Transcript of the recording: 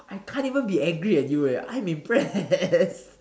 I can't even be angry at you eh I'm impressed